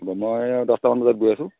হ'ব মই দহটামান বজাত গৈ আছোঁ